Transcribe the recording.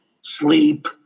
sleep